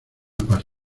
parte